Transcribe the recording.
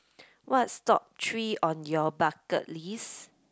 what's top three on your bucket list